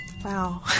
Wow